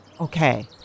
Okay